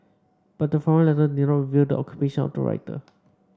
but the forum letter did not reveal the occupation of the writer